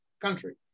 country